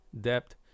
depth